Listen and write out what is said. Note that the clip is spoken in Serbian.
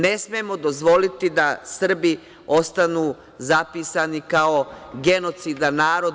Ne smemo dozvoliti da Srbi ostanu zapisani kao genocidan narod.